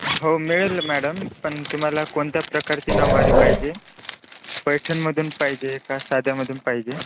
हो मिळेल नं मॅडम पण तुम्हाला कोणत्या प्रकारची नऊवारी पाहिजे पैठणमधून पाहिजे का साध्यामधून पाहिजे